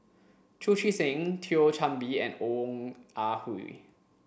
Chu Chee Seng Thio Chan Bee and Ong Ah Hoi